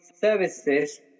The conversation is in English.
services